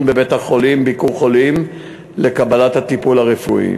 בבית-החולים "ביקור חולים" לקבלת הטיפול הרפואי.